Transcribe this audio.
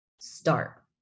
Start